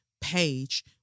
page